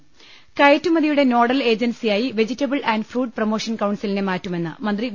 രുട്ടിട്ട്ട്ട്ട്ട്ട്ട കയറ്റുമതിയുടെ നോഡൽ ഏജൻസിയായി വെജിറ്റബിൾ ആന്റ് ഫ്രൂട്ട് പ്രൊമോഷൻ കൌൺസിലിനെ മാറ്റുമെന്ന് മന്ത്രി വി